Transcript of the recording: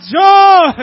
joy